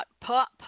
pop